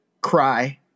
cry